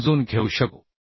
हे समजून घेऊ शकू